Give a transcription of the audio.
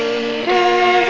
Peter